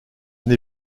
n’ai